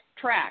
track